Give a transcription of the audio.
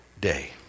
day